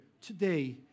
today